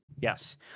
Yes